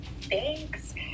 Thanks